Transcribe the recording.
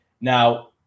Now